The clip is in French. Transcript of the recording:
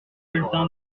bulletin